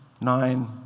nine